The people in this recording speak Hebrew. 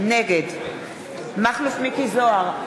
נגד מכלוף מיקי זוהר,